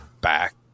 back